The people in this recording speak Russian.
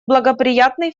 благоприятный